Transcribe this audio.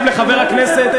לחבר הכנסת,